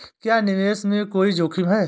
क्या निवेश में कोई जोखिम है?